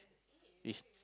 it's